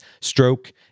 stroke